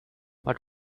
what